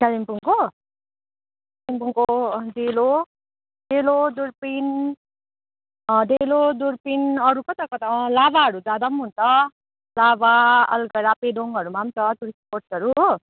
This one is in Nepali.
कालिम्पोङको कालिम्पोङको डेलो डेलो दुर्पिन डेलो दुर्पिन अरू कता कता लाभाहरू जाँदा पनि हुन्छ लाभा अलगढा पेदोङहरूमा पनि छ टुरिस्ट स्पट्सहरू हो